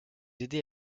aider